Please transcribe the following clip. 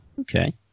Okay